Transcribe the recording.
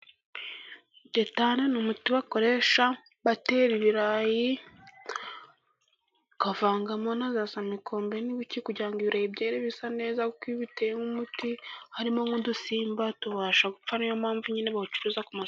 Detane ni umuti bakoresha batera ibirayi , bakavangamo na za Samikombe n'ibiki , kugira ngo ibirayi byere bisa neza , kuko iyo ubiteyemo umuti harimo nk'udusimba , tubasha gupfa . Niyo mpamvu nyine babicuruza ku masoko.